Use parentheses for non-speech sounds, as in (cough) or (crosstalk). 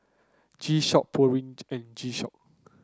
G Shock Pureen (unintelligible) and G Shock